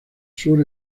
sur